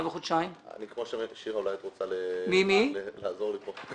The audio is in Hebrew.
אולי שירה תוכל לעזור לי.